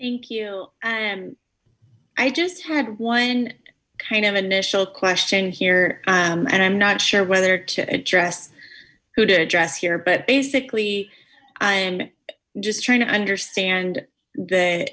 thank you and i just had one kind of initial question here and i'm not sure whether to address who to address here but basically i'm just trying to understand the